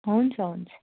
हुन्छ हुन्छ